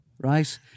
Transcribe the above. right